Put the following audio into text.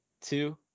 two